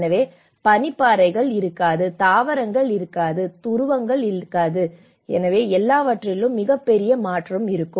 எனவே பனிப்பாறைகள் இருக்காது தாவரங்கள் இல்லை துருவங்கள் இல்லை எனவே எல்லாவற்றிலும் மிகப் பெரிய மாற்றம் இருக்கும்